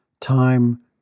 time